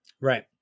Right